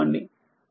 అందువలనమీv2v v1